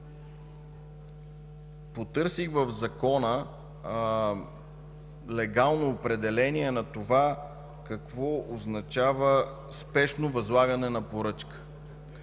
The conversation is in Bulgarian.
Потърсих в Закона легално определение на това какво означава „спешно възлагане на поръчка”.